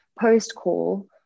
post-call